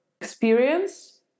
experience